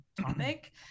topic